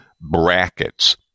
brackets